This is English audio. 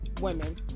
women